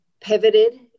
pivoted